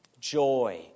Joy